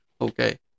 Okay